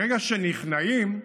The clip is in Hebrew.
ברגע שנכנעים,